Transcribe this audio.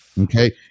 Okay